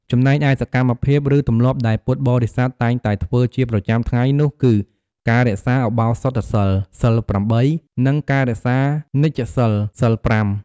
ចំណែកឯសកម្មភាព ឬទម្លាប់ដែលពុទ្ធបរស័ទតែងតែធ្វើជាប្រចាំថ្ងៃនោះគឺ ការរក្សាឧបោសថសីល សីល ៨ និង ការរក្សានិច្ចសីល សីល ៥។